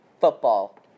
Football